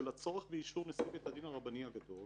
הצורך באישור נשיא בית הדין הרבני הגדול